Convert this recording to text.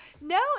no